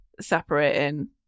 separating